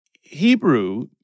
Hebrew